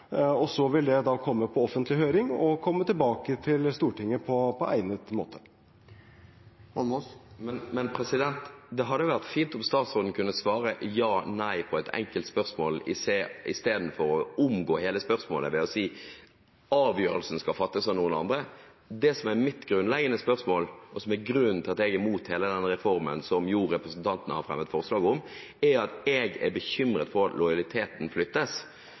Så vil det komme på offentlig høring og komme tilbake til Stortinget på egnet måte. Men det hadde vært fint om statsråden kunne svare ja eller nei på et enkelt spørsmål istedenfor å omgå hele spørsmålet ved å si at avgjørelsen skal fattes av noen andre. Det som er grunnleggende for meg, og som er grunnen til at jeg er imot hele den reformen som jo representantene har fremmet forslag om, er at jeg er bekymret for at lojaliteten flyttes.